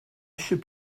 should